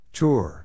Tour